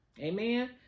Amen